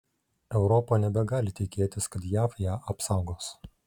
europa nebegali tikėtis kad jav ją apsaugos